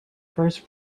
first